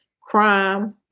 crime